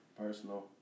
personal